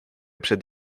przed